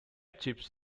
chips